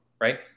Right